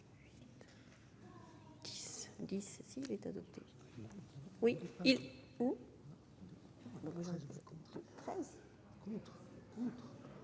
...